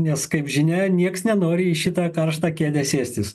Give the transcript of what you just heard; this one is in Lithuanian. nes kaip žinia nieks nenori į šitą karštą kėdę sėstis